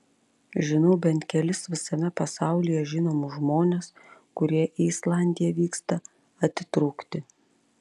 žinau bent kelis visame pasaulyje žinomus žmones kurie į islandiją vyksta atitrūkti